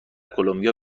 کلمبیا